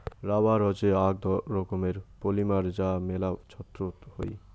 rubber হসে আক রকমের পলিমার যা মেলা ছক্ত হই